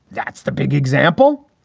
that's the big example.